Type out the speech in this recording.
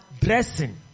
dressing